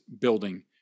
building